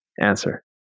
answer